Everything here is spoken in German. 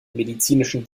medizinischen